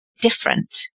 different